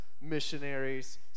missionaries